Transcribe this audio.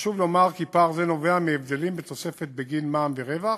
חשוב לומר כי פער זה נובע מהבדלים בתוספות בגין מע”מ ורווח.